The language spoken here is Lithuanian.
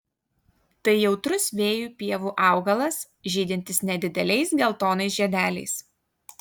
tai jautrus vėjui pievų augalas žydintis nedideliais geltonais žiedeliais